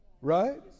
Right